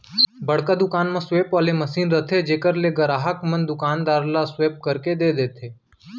बड़का दुकान म स्वेप वाले मसीन रथे जेकर ले गराहक मन दुकानदार ल स्वेप करके दे देथे